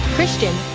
Christian